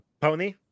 Pony